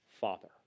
Father